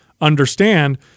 understand